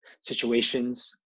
situations